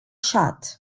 shot